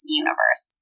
universe